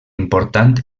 important